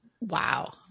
Wow